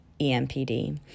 EMPD